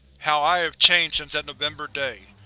how i have changed since that november day!